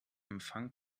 empfang